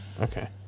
Okay